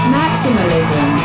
maximalism